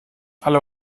alle